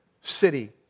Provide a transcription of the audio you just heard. city